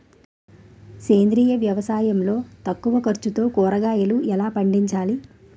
సేంద్రీయ వ్యవసాయం లో తక్కువ ఖర్చుతో కూరగాయలు ఎలా పండించాలి?